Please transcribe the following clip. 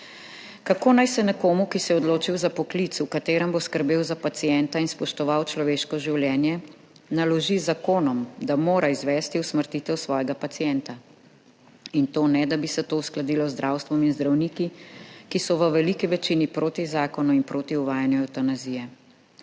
Kako naj se nekomu, ki se je odločil za poklic, v katerem bo skrbel za pacienta in spoštoval človeško življenje, naloži z zakonom, da mora izvesti usmrtitev svojega pacienta, in sicer ne da bi se to uskladilo z zdravstvom in zdravniki, ki so v veliki večini proti zakonu in proti uvajanju evtanazije?